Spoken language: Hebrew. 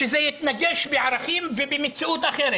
שזה תמיד יתנגש בערכים ובמציאות אחרת.